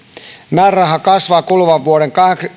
määräraha kasvaa kuluvan vuoden